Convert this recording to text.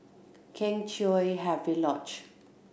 Kheng Chiu Happy Lodge